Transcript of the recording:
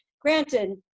granted